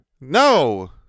no